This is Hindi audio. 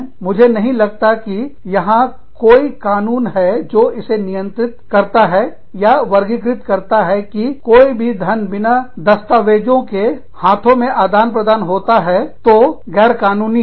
मुझे नहीं लगता है कि यहां कोई कानून है जो इसे नियंत्रित करता है या वर्गीकृत करता हो कि कोई भी धन बिना दस्तावेजों के हाथों में आदान प्रदान होता है तो गैर कानूनी है